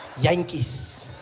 jantjies.